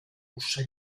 musa